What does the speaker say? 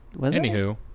anywho